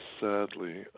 sadly